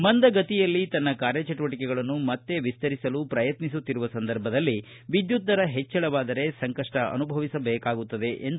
ಮಂದಗತಿಯಲ್ಲಿ ತನ್ನ ಕಾರ್ಯಚಟುವಟಿಕೆಗಳನ್ನು ಮತ್ತೇ ವಿಸ್ತರಿಸಲು ಪ್ರಯತ್ನಿಸುತ್ತಿರುವ ಸಂದರ್ಭದಲ್ಲಿ ವಿದ್ಯುತ್ ದರ ಹೆಚ್ಚಳವಾದರೆ ಸಂಕಷ್ಷ ಅನುಭವಿಸಬೇಕಾಗುತ್ತದೆ ಎಂದು ಹೇಳಿದರು